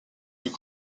fut